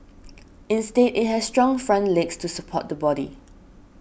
instead it has strong front legs to support the body